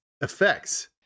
effects